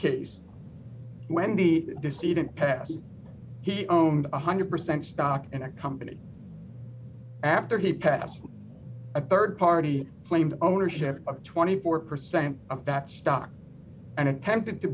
case wendy this didn't pass he owned one hundred percent stock in a company after he passed a rd party claimed ownership of twenty four percent of that stock and attempted to